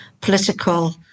political